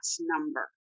number